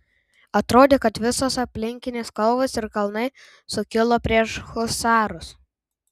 atrodė kad visos aplinkinės kalvos ir kalnai sukilo prieš husarus